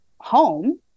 home